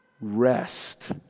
rest